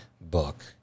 book